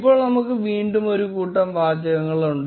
ഇപ്പോൾ നമുക്ക് വീണ്ടും ഒരു കൂട്ടം വാചകങ്ങളുണ്ട്